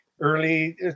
early